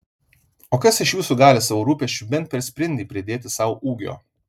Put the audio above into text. o kas iš jūsų gali savo rūpesčiu bent per sprindį pridėti sau ūgio